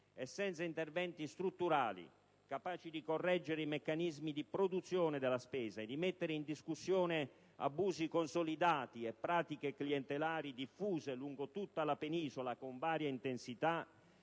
e senza interventi strutturali, capaci di correggere i meccanismi di produzione della spesa e di mettere in discussione abusi consolidati e pratiche clientelari diffuse lungo tutta la Penisola con varia intensità,